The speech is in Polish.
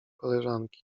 koleżanki